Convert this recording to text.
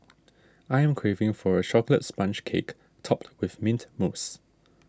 I am craving for a Chocolate Sponge Cake Topped with Mint Mousse